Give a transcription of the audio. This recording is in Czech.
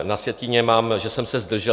Na sjetině mám, že jsem se zdržel.